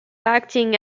acting